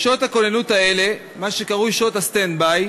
בשעות הכוננות האלה, מה שקרוי שעות הסטנד-ביי,